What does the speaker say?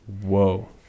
Whoa